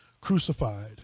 crucified